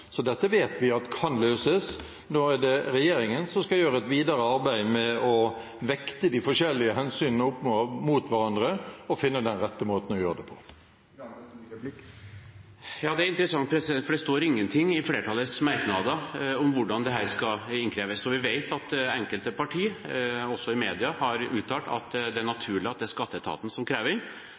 Så dette vet vi kan løses. Nå er det regjeringen som skal gjøre et videre arbeid med å vekte de forskjellige hensynene opp mot hverandre og finne den rette måten å gjøre det på. Det er interessant, for det står ingenting i flertallets merknader om hvordan dette skal innkreves. Vi vet at enkelte partier, også i mediene, har uttalt at det er naturlig at det er skatteetaten som krever inn,